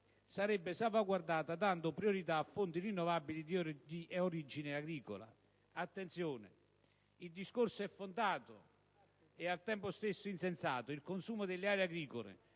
sarebbe salvaguardata dando priorità a fonti rinnovabili di origine agricola. Attenzione però, perché il discorso è fondato e, al tempo stesso, insensato: il consumo delle aree agricole